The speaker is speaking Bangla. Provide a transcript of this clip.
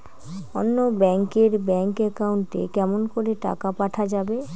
অন্য ব্যাংক এর ব্যাংক একাউন্ট এ কেমন করে টাকা পাঠা যাবে?